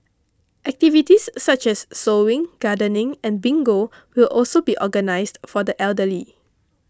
activities such as sewing gardening and bingo will also be organised for the elderly